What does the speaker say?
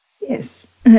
Yes